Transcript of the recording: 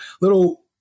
little